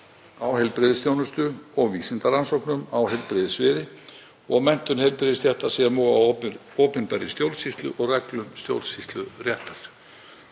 á heilbrigðisþjónustu og vísindarannsóknum á heilbrigðissviði og menntun heilbrigðisstétta sem og opinberri stjórnsýslu og reglum stjórnsýsluréttar.